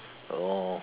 oh